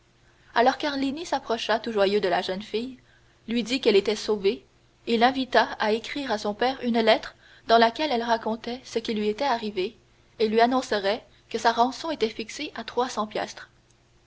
alors carlini s'approcha tout joyeux de la jeune fille lui dit qu'elle était sauvée et l'invita à écrire à son père une lettre dans laquelle elle racontait ce qui lui était arrivé et lui annoncerait que sa rançon était fixée à trois cents piastres